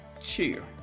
cheer